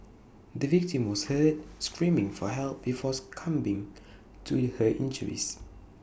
the victim was heard screaming for help before succumbing to her injuries